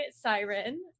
siren